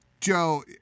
Joe